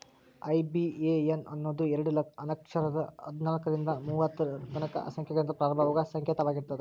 IBAN ಅನ್ನೋದು ಎರಡ ಅಕ್ಷರದ್ ಹದ್ನಾಲ್ಕ್ರಿಂದಾ ಮೂವತ್ತರ ತನಕಾ ಸಂಖ್ಯೆಗಳಿಂದ ಪ್ರಾರಂಭವಾಗುವ ಸಂಕೇತವಾಗಿರ್ತದ